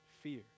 fear